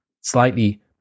slightly